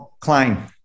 Klein